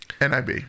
NIB